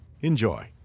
Enjoy